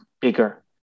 bigger